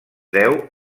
deu